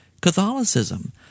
Catholicism